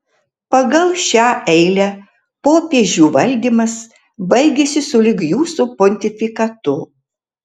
pagal šią eilę popiežių valdymas baigiasi sulig jūsų pontifikatu